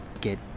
get